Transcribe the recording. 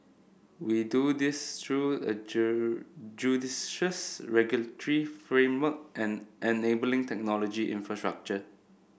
we do this through a judicious regulatory framework and enabling technology infrastructure